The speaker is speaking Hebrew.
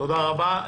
תודה רבה.